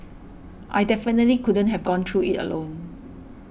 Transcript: I definitely couldn't have gone through it alone